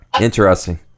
Interesting